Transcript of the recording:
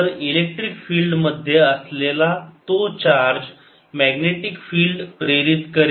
तर electric field मध्ये असलेला तो चार्ज मॅग्नेटिक फिल्ड प्रेरित करेल